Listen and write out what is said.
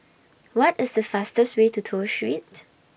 What IS The fastest Way to Toh Street